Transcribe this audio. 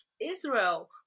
Israel